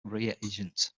reagent